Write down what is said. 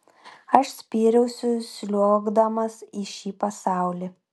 aš spyriausi sliuogdamas į šį pasaulį